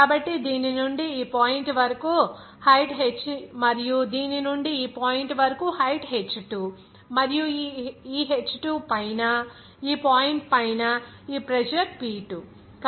కాబట్టి దీని నుండి ఈ పాయింట్ వరకు హైట్ h మరియు దీని నుండి ఈ పాయింట్ వరకు హైట్ h2 మరియు ఈ h2 పైన ఈ పాయింట్ పైన ఈ ప్రెజర్ P2